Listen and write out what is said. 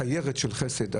הסיירת של חסד,